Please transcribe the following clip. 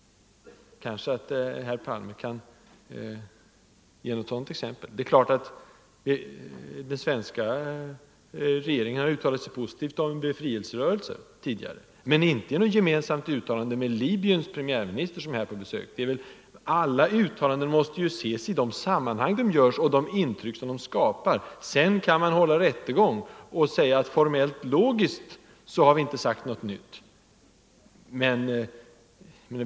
Kanske herr Palme kan ge något sådant exempel. Den svenska regeringen har ju uttalat sig positivt om befrielserörelser tidigare men inte tillsammans med Libyens premiärminister. Alla uttalanden måste ju ses i sitt sammanhang och med hänsyn till det intryck de ger. Det hjälper inte att säga att formellt logiskt har vi inte sagt något nytt.